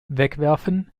wegwerfen